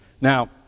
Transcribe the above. Now